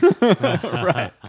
Right